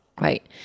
right